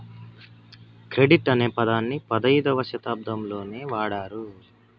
credit అనే పదాన్ని పదైధవ శతాబ్దంలోనే వాడారు